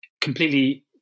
completely